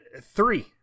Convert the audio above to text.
three